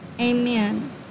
amen